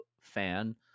fan